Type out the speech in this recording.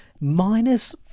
Minus